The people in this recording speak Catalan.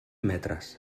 metres